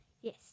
Yes